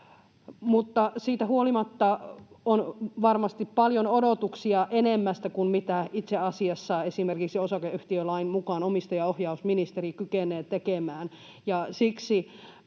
Siitä huolimatta on varmasti odotuksia paljon enemmästä kuin mitä itse asiassa esimerkiksi osakeyhtiölain mukaan omistajaohjausministeri kykenee tekemään.